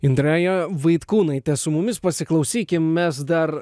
indraja vaitkūnaitė su mumis pasiklausykim mes dar